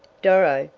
doro,